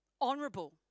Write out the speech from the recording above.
honourable